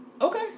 Okay